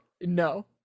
no